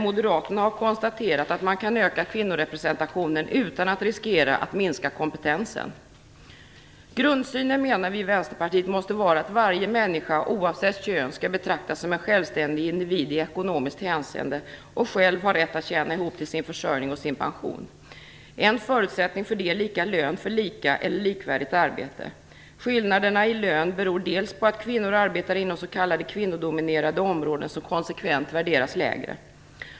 Moderaterna har konstaterat att man kan öka kvinnorepresentationen utan att riskera att minska kompetensen. Vi i Vänsterpartiet anser att grundsynen måste vara att varje människa, oavsett kön, skall betraktas som en självständig individ i ekonomiskt hänseende och själv ha rätt att tjäna ihop till sin försörjning och sin pension. En förutsättning för det är lika lön för lika eller likvärdigt arbete. Skillnaderna i lön beror bl.a. på att kvinnor arbetar inom s.k. kvinnodominerade områden, som konsekvent värderas lägre.